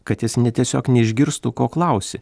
kad jis ne tiesiog neišgirstų ko klausi